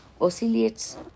oscillates